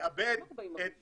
שלאבד את